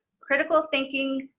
critical thinking,